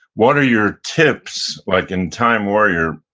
what are your tips? like in time warrior,